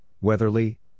Weatherly